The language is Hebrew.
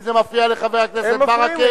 אם זה מפריע לחבר הכנסת ברכה, אל תשבו שם.